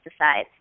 pesticides